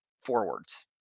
forwards